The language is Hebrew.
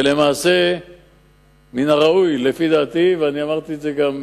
ומן הראוי, לפי דעתי, אמרתי את זה בשעתו גם